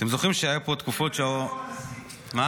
אתם זוכרים שהיו פה תקופות --- הוא היה